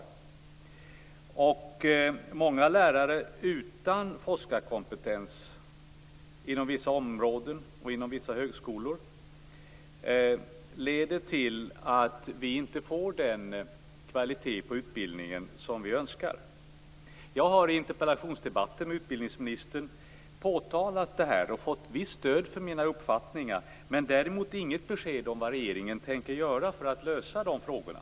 Att vi har många lärare utan forskarkompetens inom vissa områden och på vissa högskolor leder till att vi inte får den kvalitet på utbildningen som vi önskar. Jag har i interpellationsdebatter med utbildningsministern påtalat detta och fått visst stöd för min uppfattning, men däremot inget besked om vad regeringen tänker göra för att lösa de här frågorna.